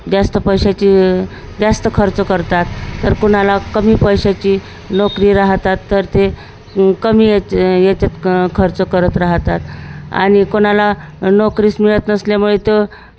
जास्त पैशाची जास्त खर्च करतात तर कोणाला कमी पैशाची नोकरी राहतात तर ते कमी याच याच्यात खर्च करत राहतात आणि कोणाला नोकरीच मिळत नसल्यामुळे त